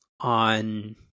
on